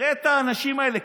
תראה את האנשים האלה,